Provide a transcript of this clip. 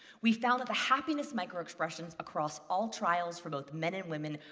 we found that the happiness microexpressions across all trials for both men and women,